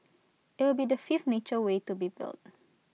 IT will be the fifth nature way to be built